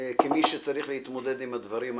כמי שצריך להתמודד עם הדברים האלה.